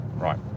Right